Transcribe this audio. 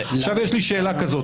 יש לי שאלה כזאת,